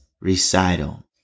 recital